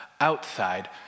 outside